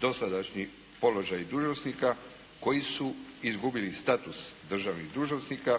dosadašnji položaji dužnosnika koji su izgubili status državnih dužnosnika